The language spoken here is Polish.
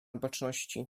baczności